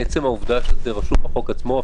עצם העובדה שזה רשום בחוק עצמו?